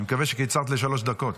אני מקווה שקיצרת לשלוש דקות.